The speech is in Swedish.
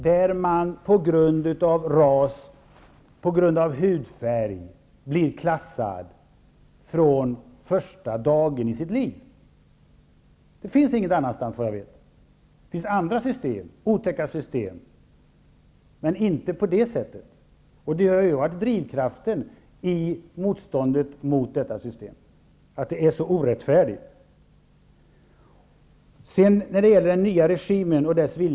Att man på grund av ras, på grund av hudfärg, blir klassad från första dagen i sitt liv förekommer enligt vad jag vet ingen annanstans -- det finns andra otäcka system, men de är inte utformade på det sättet. Drivkraften i motståndet mot detta system har varit just att det är så orättfärdigt.